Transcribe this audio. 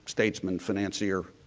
statesman, financier.